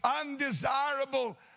undesirable